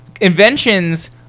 inventions